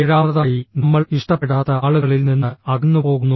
ഏഴാമതായി നമ്മൾ ഇഷ്ടപ്പെടാത്ത ആളുകളിൽ നിന്ന് അകന്നുപോകുന്നു